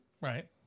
Right